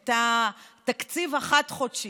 את התקציב החד-חודשי.